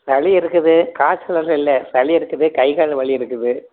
சளி இருக்குது காய்ச்சல் எதுவும் இல்லை சளி இருக்குது கை கால் வலி இருக்குது